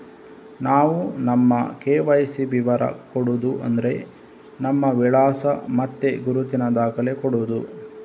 ನಾವು ನಮ್ಮ ಕೆ.ವೈ.ಸಿ ವಿವರ ಕೊಡುದು ಅಂದ್ರೆ ನಮ್ಮ ವಿಳಾಸ ಮತ್ತೆ ಗುರುತಿನ ದಾಖಲೆ ಕೊಡುದು